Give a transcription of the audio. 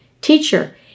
teacher